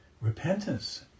repentance